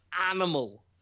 animal